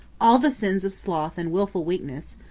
all the sins of sloth and wilful weakness,